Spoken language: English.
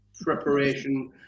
preparation